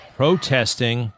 protesting